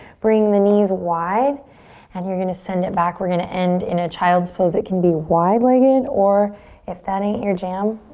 bring the knees wide and you're gonna send it back. we're going to end in a child's pose. it can be wide legged or if that ain't your jam